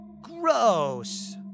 Gross